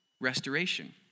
restoration